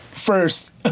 First